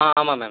ஆ ஆமாம் மேம்